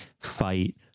fight